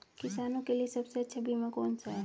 किसानों के लिए सबसे अच्छा बीमा कौन सा है?